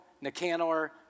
Nicanor